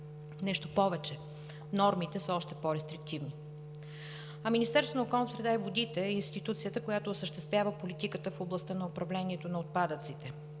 Нещо повече, нормите са още по-рестриктивни. А Министерството на околната среда и водите е институцията, която осъществява политиката в областта на управлението на отпадъците.